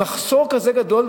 מחסור כזה גדול,